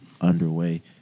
underway